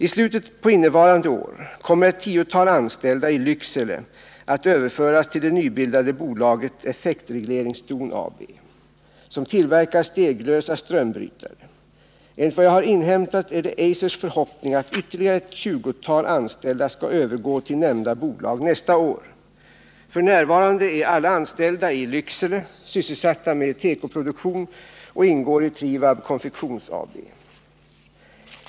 I slutet på innevarande år kommer ett tiotal anställda i Lycksele att överföras till det nybildade bolaget Effektregleringsdon AB, som tillverkar steglösa strömbrytare. Enligt vad jag har inhämtat är det Eisers förhoppning att ytterligare ett tjugotal anställda skall övergå till nämnda bolag nästa år. Nr 25 F. n. är alla anställda i Lycksele sysselsatta med tekoproduktion och ingår i Trivab Konfektions AB.